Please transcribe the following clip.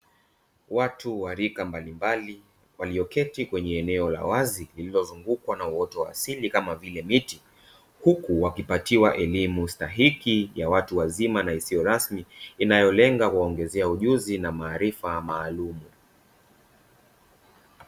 Watu wa rika mbalimbali walioketi kwenye la wazi lililozungukwa na uoto wa asili kama vile miti, huku wakipatiwa elimu stahiki ya watu wazima na isiyo rasmi. Inayolenga kuwaongezea ujuzi na maarifa maalumu.